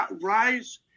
Rise